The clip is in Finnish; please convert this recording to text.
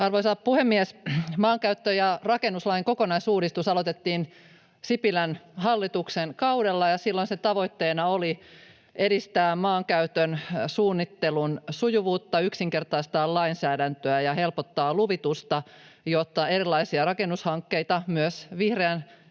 Arvoisa puhemies! Maankäyttö- ja rakennuslain kokonaisuudistus aloitettiin Sipilän hallituksen kaudella, ja silloin sen tavoitteena oli edistää maankäytön suunnittelun sujuvuutta, yksinkertaistaa lainsäädäntöä ja helpottaa luvitusta, jotta erilaisia rakennushankkeita, myös vihreän